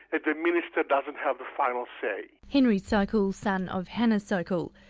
that the minister doesn't have the final say. henry sokal, son of hana sokal.